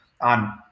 on